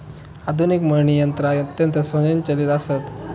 आधुनिक मळणी यंत्रा अत्यंत स्वयंचलित आसत